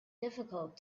difficult